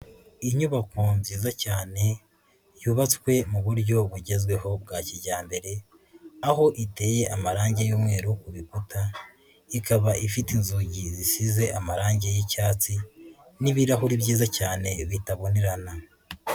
Inyubako nziza cyane yubatswe mu buryo bugezweho bwa kijyambere, aho iteye amarangi y'umweru ku bikuta, ikaba ifite inzugi zisize amarangi y'icyatsi, n'ibirahuri byiza cyane bitabonerana.